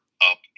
Up